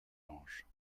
anges